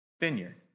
vineyard